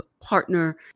partner